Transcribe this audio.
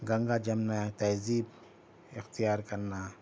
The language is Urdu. گنگا جمنا تہذیب اختیار کرنا